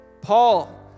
Paul